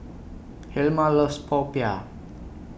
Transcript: Hilma loves Popiah